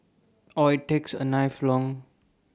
or takes A knife along